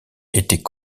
était